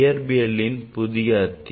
இயற்பியலின் புதிய பகுதி